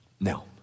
Now